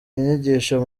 inyigisho